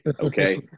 okay